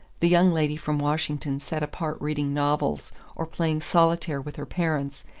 the young lady from washington sat apart reading novels or playing solitaire with her parents,